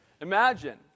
Imagine